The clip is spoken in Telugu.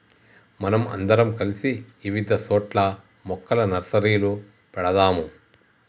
మనం అందరం కలిసి ఇవిధ సోట్ల మొక్కల నర్సరీలు పెడదాము